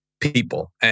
people